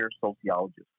sociologist